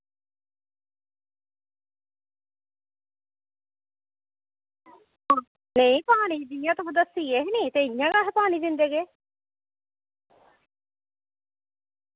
नेईं पानी जियां तुस दस्सी गे हे नी ते उआं गै पानी दिंदे गे